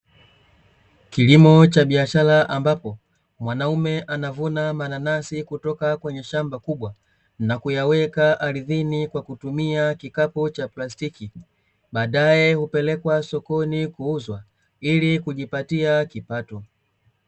Kilimo cha biashara ambapo, mwanaume anavuna mananasi kuto kwenye shamba kubwa na kuyaweka ardhini kwa kutumia kikapu cha plasticki, baadae hupelekwa sokoni kuuzwa ili kujipatia kipato.